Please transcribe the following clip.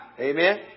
Amen